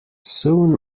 soon